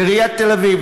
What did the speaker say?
עיריית תל אביב,